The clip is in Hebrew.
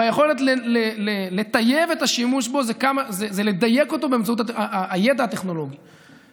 והיכולת לטייב את השימוש היא לדייק אותו באמצעות הידע הטכנולוגי,